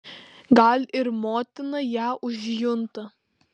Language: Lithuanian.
gal ir motina ją užjunta